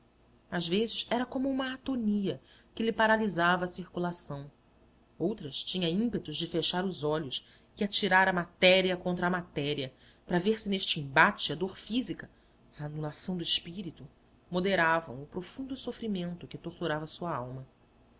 às vezes era como uma atonia que lhe paralisava a circulação outras tinha ímpetos de fechar os olhos e atirar a matéria contra a matéria para ver se neste embate a dor física a anulação do espírito moderavam o profundo sofrimento que torturava sua alma